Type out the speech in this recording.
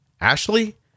Ashley